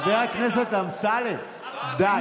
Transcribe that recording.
חבר הכנסת אמסלם, די.